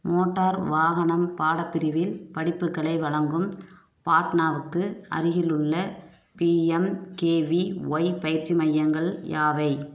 motor வாகனம் பாடப் பிரிவில் படிப்புகளை வழங்கும் பாட்னாவுக்கு அருகிலுள்ள பிஎம்கேவிஒய் பயிற்சி மையங்கள் யாவை